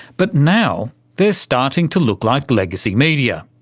but now they're starting to look like legacy media.